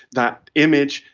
that image,